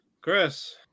Chris